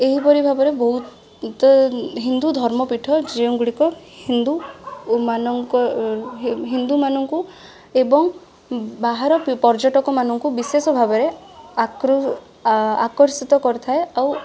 ଏହିପରି ଭାବରେ ବହୁତ ହିନ୍ଦୁଧର୍ମପୀଠ ଯେଉଁଗୁଡ଼ିକ ହିନ୍ଦୁ ଓ ମାନଙ୍କ ହିନ୍ଦୁମାନଙ୍କୁ ଏବଂ ବାହାର ପର୍ଯ୍ୟଟକମାନଙ୍କୁ ବିଶେଷ ଭାବରେ ଆକର୍ଷିତ କରିଥାଏ ଆଉ